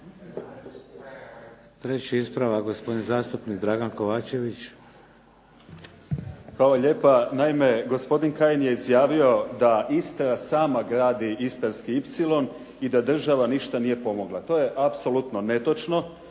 Treći ispravak, gospodin zastupnik Dragan Kovačević.